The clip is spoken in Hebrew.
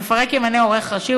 המפרק ימנה עורך ראשי,